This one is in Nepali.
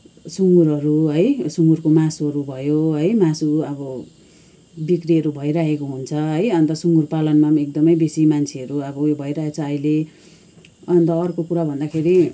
सुँगुरहरू है सुँगुरको मासुहरू भयो है मासु अब बिक्रीहरू भइरहेको हुन्छ है अन्त सुँगुर पालनमा पनि एकदमै बेसी मान्छेहरू अब उयो भइरहेको छ अहिले अन्त अर्को कुरा भन्दाखेरि